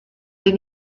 des